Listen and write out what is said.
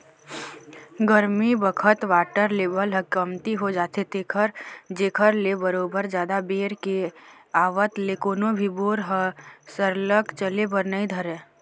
गरमी बखत water level ह कमती हो जाथे जेखर ले बरोबर जादा बेर के आवत ले कोनो भी बोर ह सरलग चले बर नइ धरय